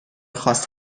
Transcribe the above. خاص